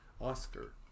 Oscar